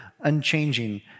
unchanging